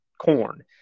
corn